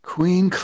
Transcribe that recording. Queen